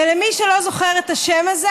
ולמי שלא זוכר את השם הזה,